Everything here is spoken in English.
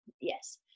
Yes